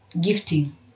gifting